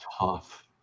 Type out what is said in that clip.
tough